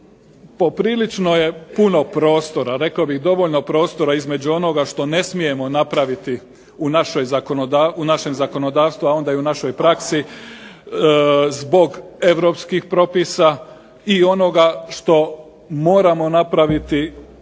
poprilično je puno prostora, rekao bih dovoljno prostora između onoga što ne smijemo napraviti u našem zakonodavstvu, a onda i u našoj praksi, zbog europskih propisa, i onoga što moramo napraviti zbog